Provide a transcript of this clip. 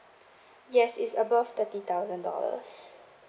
yes it's above thirty thousand dollars